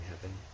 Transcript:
heaven